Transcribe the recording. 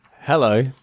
Hello